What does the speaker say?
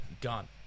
Gone